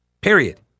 Period